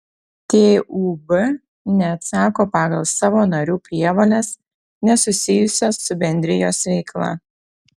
tūb neatsako pagal savo narių prievoles nesusijusias su bendrijos veikla